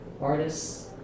artists